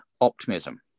optimism